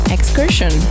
Excursion